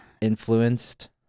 influenced